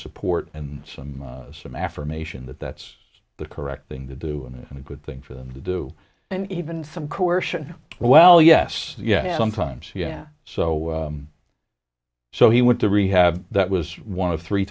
support and some some affirmation that that's the correct thing to do and a good thing for them to do and even some coercion well yes yeah sometimes yeah so so he went to rehab that was one of three